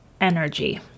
energy